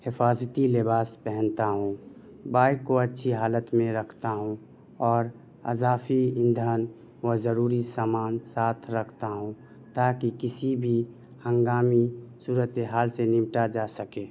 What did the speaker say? حفاظتی لباس پہنتا ہوں بائک کو اچھی حالت میں رکھتا ہوں اور اضافی ایندھن و ضروری سامان ساتھ رکھتا ہوں تاکہ کسی بھی ہنگامی صورتِ حال سے نمٹا جا سکے